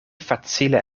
facile